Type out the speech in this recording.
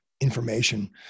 information